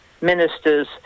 ministers